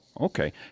okay